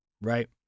right